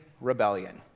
rebellion